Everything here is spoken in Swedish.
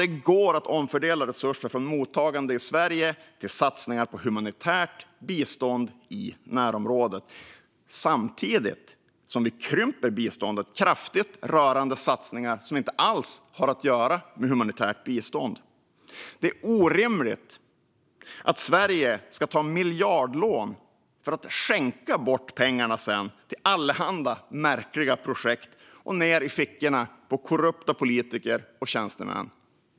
Det går att omfördela resurser från mottagande i Sverige till satsningar på humanitärt bistånd i närområdet samtidigt som vi krymper biståndet kraftigt rörande satsningar som inte alls har att göra med humanitärt bistånd. Det är orimligt att Sverige ska ta miljardlån för att sedan skänka bort pengarna till allehanda märkliga projekt och ned i fickorna på korrupta politiker och tjänstemän.